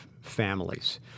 families